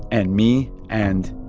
and me and.